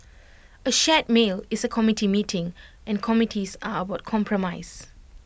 A shared meal is A committee meeting and committees are about compromise